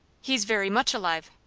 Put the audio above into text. he's very much alive.